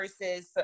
versus